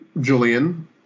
Julian